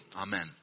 Amen